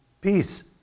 Peace